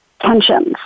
tensions